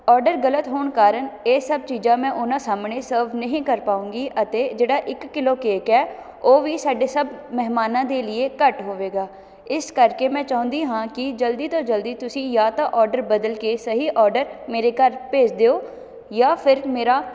order ਗਲਤ ਹੋਣ ਕਾਰਨ ਇਹ ਸਭ ਚੀਜ਼ਾਂ ਮੈਂ ਉਹਨਾਂ ਸਾਹਮਣੇ ਸਰਵ ਨਹੀਂ ਕਰ ਪਾਊਂਗੀ ਅਤੇ ਜਿਹੜਾ ਇੱਕ ਕਿਲੋ ਕੇਕ ਹੈ ਉਹ ਵੀ ਸਾਡੇ ਸਭ ਮਹਿਮਾਨਾਂ ਦੇ ਲੀਏ ਘੱਟ ਹੋਵੇਗਾ ਇਸ ਕਰਕੇ ਮੈਂ ਚਾਹੁੰਦੀ ਹਾਂ ਕਿ ਜਲਦੀ ਤੋਂ ਜਲਦੀ ਤੁਸੀਂ ਜਾਂ ਤਾਂ ਔਡਰ ਬਦਲ ਕੇ ਸਹੀ ਔਡਰ ਮੇਰੇ ਘਰ ਭੇਜ ਦਿਓ ਜਾਂ ਫਿਰ ਮੇਰਾ